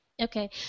Okay